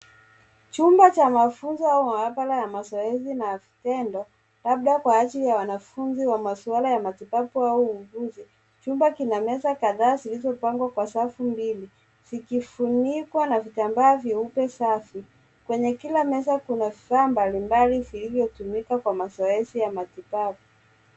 Chumba cha mafunzo au maabaraa ya mazoezi na ya vitendo, labda kwa ajili ya wanafunzi wa masuala ya matibabu au uuguzi, chumba kinameza kadhaa zilizopangwa kwa safu mbili, zikifunikwa na vitambaa vyeupe safi. Kwenye kila meza kuna vifaa mbalimbali vilivyotumika kwa mazoezi ya matibabu.